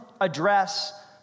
address